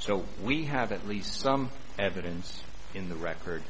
so we have at least some evidence in the record